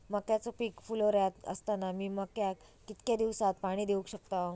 मक्याचो पीक फुलोऱ्यात असताना मी मक्याक कितक्या दिवसात पाणी देऊक शकताव?